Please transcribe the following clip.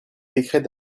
décrets